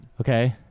Okay